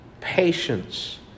Patience